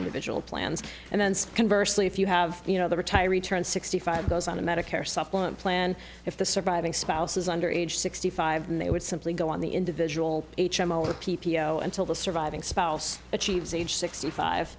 individual plans and then conversely if you have you know the retiree turned sixty five goes on a medicare supplement plan if the surviving spouse is under age sixty five and they would simply go on the individual h m o or p p o until the surviving spouse achieves age sixty five